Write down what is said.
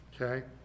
Okay